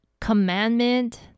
commandment